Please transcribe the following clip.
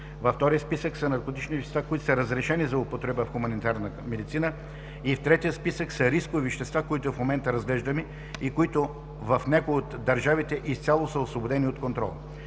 Във втория списък са наркотични вещества, които са разрешени за употреба в хуманната медицина. В третия списък са рискови вещества, които в момента разглеждаме, и които в някои от държавите изцяло са освободени от контрол.